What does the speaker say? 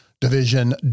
division